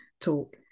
talk